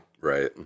Right